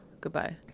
goodbye